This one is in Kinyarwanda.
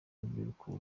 urubyiruko